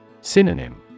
Synonym